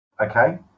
Okay